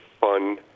fun